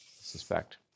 suspect